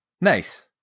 Nice